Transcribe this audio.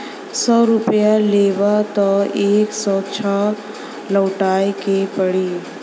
सौ रुपइया लेबा त एक सौ छह लउटाए के पड़ी